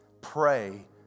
pray